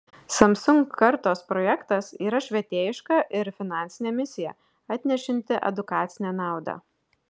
samsung kartos projektas yra švietėjiška ir finansinė misija atnešanti edukacinę naudą